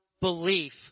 belief